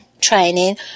training